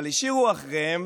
אבל השאירו אחריהם